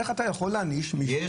איך אתה יכול להעניש מישהו בעונש כזה.